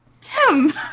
Tim